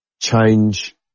Change